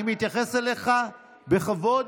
אני מתייחס אליך בכבוד.